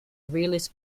realist